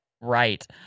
right